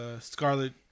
Scarlet